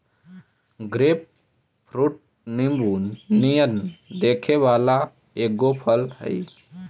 grapefruit नींबू नियन दिखे वला एगो फल हई